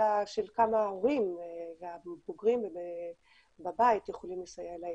של כמה ההורים והבוגרים בבית יכולים לסייע לילדים.